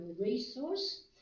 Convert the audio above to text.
resource